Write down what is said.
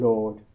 Lord